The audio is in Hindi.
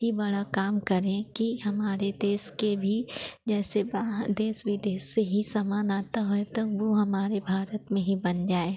ही बड़ा काम करें कि हमारे देश के भी जैसे बाहर देश विदेश से ही सामान आता है तो वह हमारे भारत में ही बन जाए